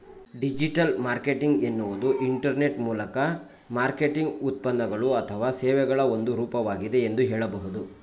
digital marketing ಎನ್ನುವುದು internet ಮೂಲಕ marketing ಉತ್ಪನ್ನಗಳು ಅಥವಾ ಸೇವೆಗಳ ಒಂದು ರೂಪವಾಗಿದೆ ಎಂದು ಹೇಳಬಹುದು